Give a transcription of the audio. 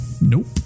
Nope